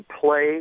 play